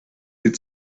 sich